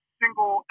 single